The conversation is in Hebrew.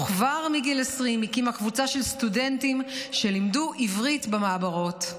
וכבר בגיל 20 הקימה קבוצה של סטודנטים שלימדו עברית במעברות.